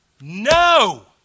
No